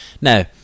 Now